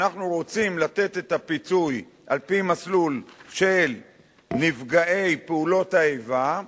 אנחנו רוצים לתת את הפיצוי על-פי מסלול של נפגעי פעולות איבה,